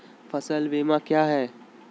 फ़सल बीमा क्या है?